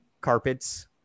carpets